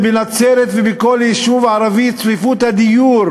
בנצרת ובכל יישוב ערבי צפיפות הדיור